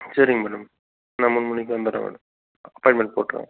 சரிங்க மேடம் நான் மூணு மணிக்கு வந்தடுறேன் மேடம் அப்பாயின்மென்ட் போட்டுருங்க